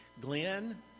Glenn